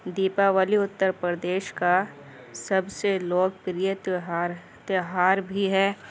دیپاولی اتّر پردیش کا سب سے لوک پریہ تہوار تہوار بھی ہے